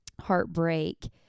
heartbreak